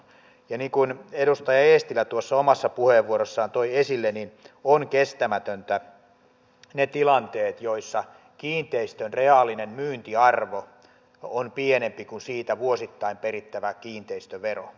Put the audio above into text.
niin kuin edustaja eestilä tuossa omassa puheenvuorossaan toi esille ovat kestämättömiä ne tilanteet joissa kiinteistön reaalinen myyntiarvo on pienempi kuin siitä vuosittain perittävä kiinteistövero